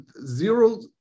zero